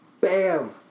Bam